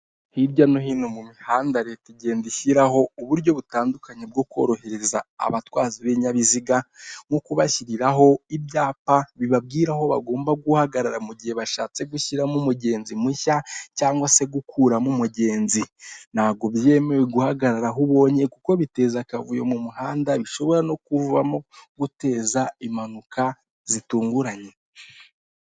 Hirya no hino mu mihanda leta igenda ishyiraho uburyo butandukanye bwo korohereza abatwazi b'ibinyabiziga nko kubashyiriraho ibyapa bibabwira aho bagomba guhagarara mu gihe bashatse gushyiramo umugenzi mushya cyangwa se gukuramo umugenzi ntabwo byemewe guhagarara aho ubonye kuko biteza akavuyo mu muhanda bishobora no kuvamo, guteza impanuka zitunguranye.